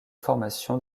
formation